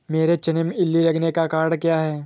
मेरे चने में इल्ली लगने का कारण क्या है?